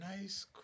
Nice